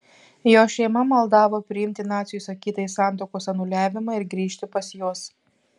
jos šeima maldavo priimti nacių įsakytąjį santuokos anuliavimą ir grįžti pas juos